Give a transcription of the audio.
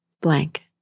blank